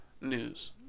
news